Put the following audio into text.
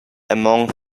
among